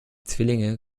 zwillinge